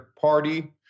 party